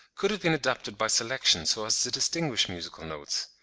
could have been adapted by selection so as to distinguish musical notes.